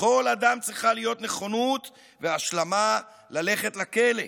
לכל אדם צריכה להיות נכונות והשלמה ללכת לכלא,